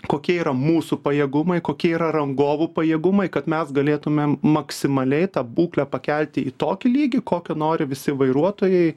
kokie yra mūsų pajėgumai kokie yra rangovų pajėgumai kad mes galėtumėm maksimaliai tą būklę pakelti į tokį lygį kokio nori visi vairuotojai